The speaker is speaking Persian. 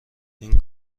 این